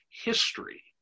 history